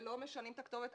ולא משנים את הכתובת.